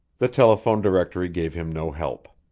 the telephone directory gave him no help.